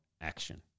action